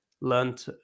learned